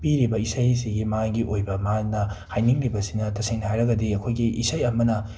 ꯄꯤꯔꯤꯕ ꯏꯁꯩꯁꯤꯒꯤ ꯃꯥꯒꯤ ꯑꯣꯏꯕ ꯃꯥꯅ ꯍꯥꯏꯅꯤꯡꯂꯤꯕꯁꯤꯅ ꯇꯁꯦꯡꯅ ꯍꯥꯏꯔꯒꯗꯤ ꯑꯩꯈꯣꯏꯒꯤ ꯏꯁꯩ ꯑꯃꯅ